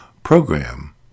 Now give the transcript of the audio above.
program